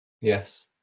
Yes